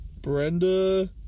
Brenda